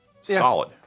solid